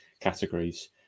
categories